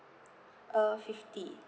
uh fifty